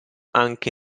anche